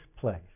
place